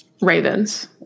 ravens